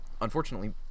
unfortunately